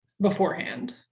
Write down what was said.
beforehand